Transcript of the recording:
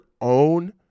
own